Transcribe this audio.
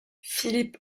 philippe